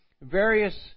various